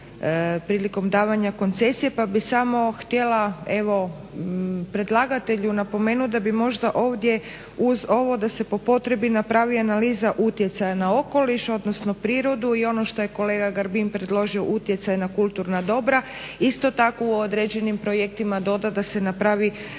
prilikom davanja koncesije pa bih samo htjela predlagatelju napomenuti da bi možda ovdje uz ovo da se po potrebi napravi analiza utjecaja na okoliš odnosno prirodu i ono što je kolega Grbin predložio utjecaj na kulturna dobra isto tako u određenim projektima doda da se napravi